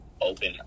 open